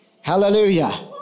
Hallelujah